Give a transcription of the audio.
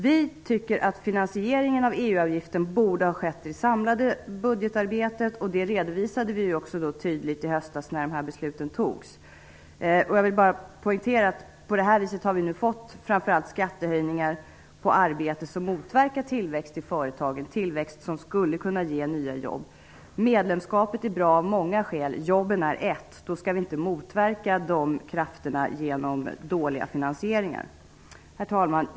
Vi tycker att finansieringen av EU-avgiften borde har skett inom ramen för det samlade budgetarbetet, och det redovisade vi också tydligt i höstas när de här besluten fattades. På det här viset har vi nu fått framför allt skattehöjningar på arbete, som motverkar tillväxt i företagen, tillväxt som skulle kunna ge nya jobb. Medlemskapet är bra av många skäl. Jobben är ett. Då skall vi inte motverka de krafterna genom dåliga finansieringar. Herr talman!